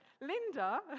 Linda